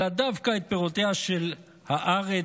אלא דווקא את פירותיה של הארץ,